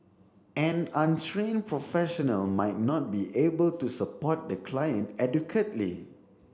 an untrained professional might not be able to support the client adequately